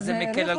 שפשוט יאריכו.